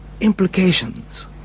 implications